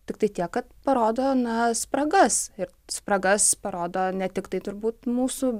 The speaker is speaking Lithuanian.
tiktai tiek kad parodo na spragas ir spragas parodo ne tiktai turbūt mūsų